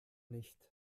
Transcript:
nicht